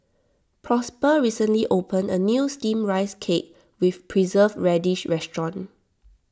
prosper recently opened a new Steamed Rice Cake with Preserved Radish restaurant